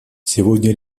сегодня